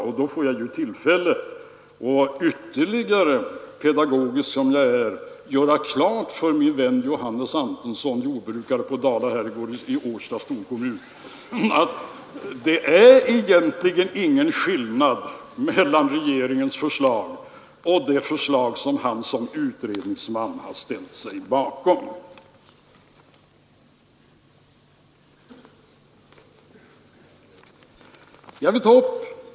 Då får jag tillfälle att ytterligare, pedagogisk som jag är, göra klart för min vän Johannes Antonsson, jordbrukare på Dahla gård i Årsta storkommun, att det egentligen inte är någon skillnad mellan regeringens förslag och det förslag som han som utredningsman har ställt sig bakom.